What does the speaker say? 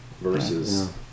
Versus